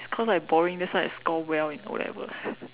cause I boring that's why I score well in O-levels